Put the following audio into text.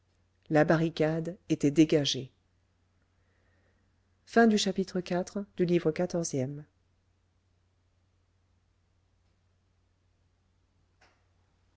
la barricade était dégagée chapitre